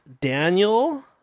Daniel